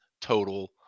total